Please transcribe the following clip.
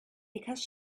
because